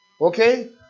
Okay